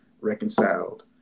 reconciled